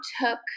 took